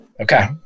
Okay